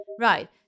Right